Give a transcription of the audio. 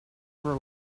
for